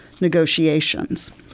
negotiations